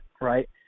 right